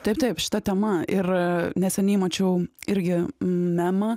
taip taip šita tema ir neseniai mačiau irgi memą